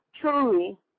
truly